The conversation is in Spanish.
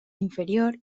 inferior